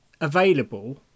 available